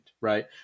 right